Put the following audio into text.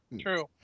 True